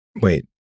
Wait